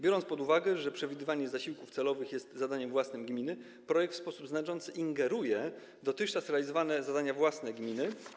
Biorąc pod uwagę, że przyznawanie zasiłków celowych jest zadaniem własnym gminy, projekt w sposób znaczący ingeruje w dotychczas realizowane zadania własne gminy.